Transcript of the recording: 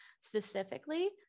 specifically